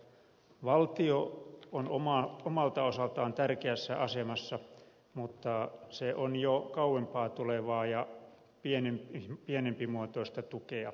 valtio on omalta osaltaan tärkeässä asemassa mutta se on jo kauempaa tulevaa ja pienimuotoisempaa tukea